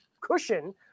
cushion